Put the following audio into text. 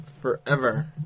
forever